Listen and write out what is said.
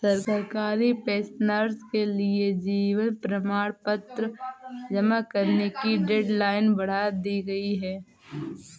सरकारी पेंशनर्स के लिए जीवन प्रमाण पत्र जमा करने की डेडलाइन बढ़ा दी गई है